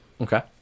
okay